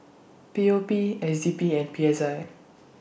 P O P S D P and P S I